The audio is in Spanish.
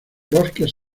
bosques